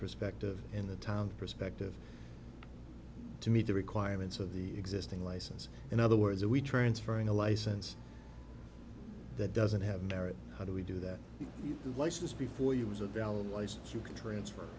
perspective in the town perspective to meet the requirements of the existing license in other words we transferring a license that doesn't have merit how do we do that you license before you as a valid license you can transfer